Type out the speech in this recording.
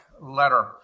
letter